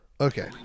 Okay